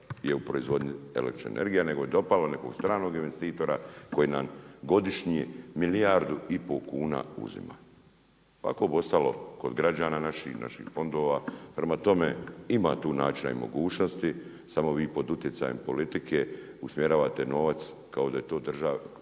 u proizvodnji električne energije, nego je dopalo nekog stranog investitora koji nam godišnji milijardu i pol kuna uzima. Pa ovako bi ostalo kod građana naših, naših fondova, prema tome ima tu načina i mogućnosti, samo vi pod utjecajem politike, usmjeravate novac, kao da je to premjerava